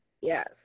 yes